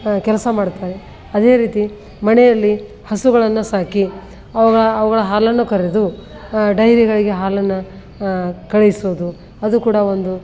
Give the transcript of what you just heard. ಕೆಲಸ ಮಾಡುತ್ತಾರೆ ಅದೇ ರೀತಿ ಮನೆಯಲ್ಲಿ ಹಸುಗಳನ್ನು ಸಾಕಿ ಅವುಗಳ ಅವುಗಳ ಹಾಲನ್ನು ಕರೆದು ಡೈರಿಗಳಿಗೆ ಹಾಲನ್ನು ಕಳಿಸೋದು ಅದು ಕೂಡ ಒಂದು